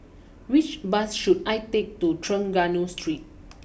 which bus should I take to Trengganu Street